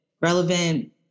relevant